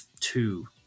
two